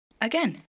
Again